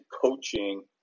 coaching